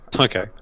okay